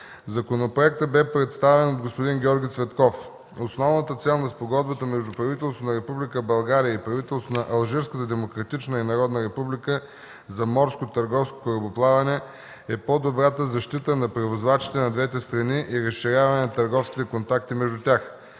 Законопроектът бе представен от господин Георги Цветков. Основната цел на Спогодбата между правителството на Република България и правителството на Алжирската демократична и народна република за морско търговско корабоплаване е по-добрата защита на превозвачите на двете страни и разширяване на търговските контакти между тях.